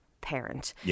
parent